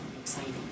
exciting